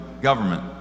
government